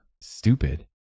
stupid